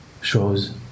shows